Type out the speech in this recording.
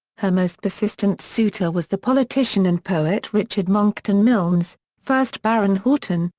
her most persistent suitor was the politician and poet richard monckton milnes, first baron houghton,